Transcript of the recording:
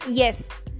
yes